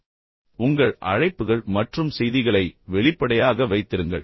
நீங்கள் யாரை அழைத்தாலும் உங்கள் அழைப்புகள் மற்றும் செய்திகளை வெளிப்படையாக வைத்திருங்கள்